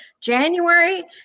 January